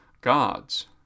gods